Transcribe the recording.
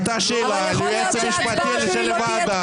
עלתה שאלה ליועץ המשפטי של הוועדה.